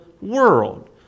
world